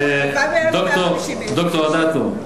הלוואי, ד"ר אדטו.